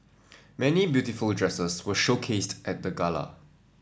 many beautiful dresses were showcased at the gala